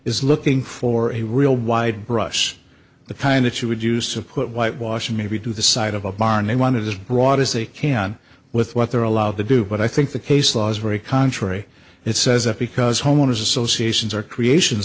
is looking for a real wide brush the kind that you would use of white washing maybe to the side of a barn they wanted to rot as they can with what they're allowed to do but i think the case law is very contrary it says that because homeowners associations are creations